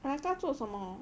like 他做什么